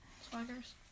Swaggers